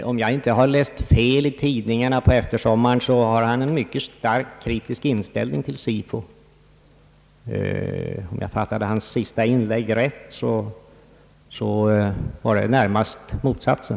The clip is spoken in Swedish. Om jag inte har läst fel i tidningarna på eftersommaren har han en mycket starkt kritisk inställning till SIFO. Om jag fattade hans senaste inlägg rätt gav det närmast uttryck för motsatsen.